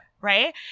right